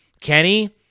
Kenny